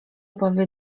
powie